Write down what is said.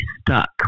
stuck